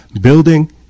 building